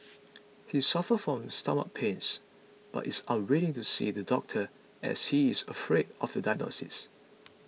he suffer from stomach pains but is unwilling to see the doctor as he is afraid of the diagnosis